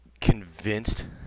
convinced